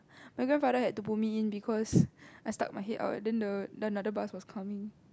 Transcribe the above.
my grandfather had to pull me in because I stuck my head out and then the and then another bus was coming